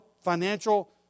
financial